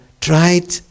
tried